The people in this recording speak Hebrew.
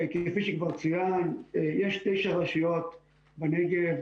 כפי שכבר צוין, יש תשעה רשויות בנגב,